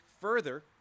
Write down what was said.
further